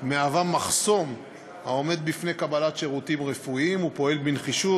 מהווה מחסום בפני קבלת שירותים רפואיים ופועל בנחישות